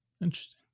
interesting